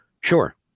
sure